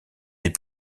des